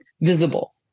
visible